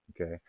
Okay